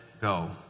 go